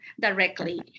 directly